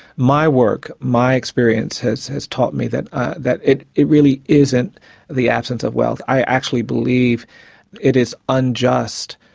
my work, my experience, has has taught me that ah that it it really isn't the absence of wealth. i actually believe it is unjust,